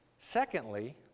Secondly